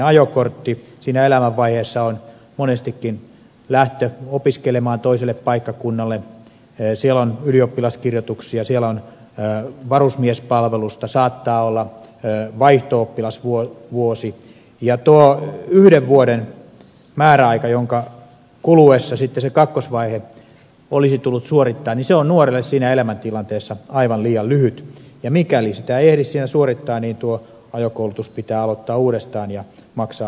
siinä elämänvaiheessa on monestikin lähtö opiskelemaan toiselle paikkakunnalle on ylioppilaskirjoituksia on varusmiespalvelusta saattaa olla vaihto oppilasvuosi ja tuo yhden vuoden määräaika jonka kuluessa sitten se kakkosvaihe olisi tullut suorittaa on nuorelle siinä elämäntilanteessa aivan liian lyhyt ja mikäli sitä ei ehdi siinä suorittaa niin tuo ajokoulutus pitää aloittaa uudestaan ja maksaa uudestaan opetukset